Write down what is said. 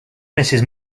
mrs